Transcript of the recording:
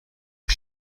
are